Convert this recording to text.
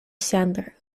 sandler